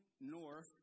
north